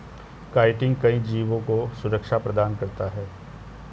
chitin कई जीवों को सुरक्षा प्रदान करता है